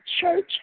church